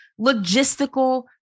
logistical